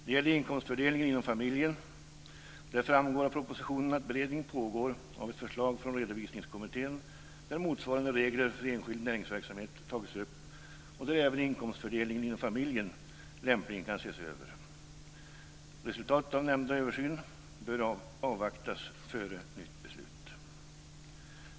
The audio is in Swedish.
Det gäller inkomstfördelningen inom familjen. Där framgår av propositionen att det pågår beredning av ett förslag från Redovisningskommittén där motsvarande regler för enskild näringsverksamhet tagits upp och där även inkomstfördelningen inom familjen lämpligen kan ses över. Resultatet av nämnda översyn bör avvaktas före nytt beslut.